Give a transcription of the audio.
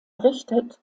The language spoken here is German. errichtet